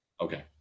Okay